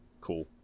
Cool